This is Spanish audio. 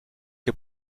que